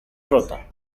πρώτα